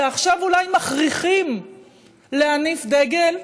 ועכשיו אולי מכריחים להניף דגל,